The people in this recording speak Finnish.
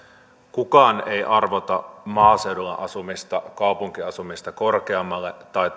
kukaan ei arvota maaseudulla asumista kaupunkiasumista korkeammalle tai